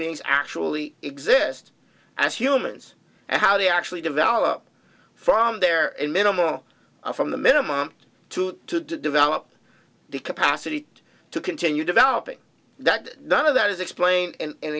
beings actually exist as humans and how they actually develop from there a minimal from the minimum to develop the capacity to continue developing that none of that is explain